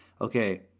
okay